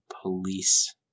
police